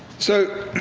so,